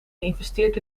geïnvesteerd